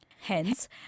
Hence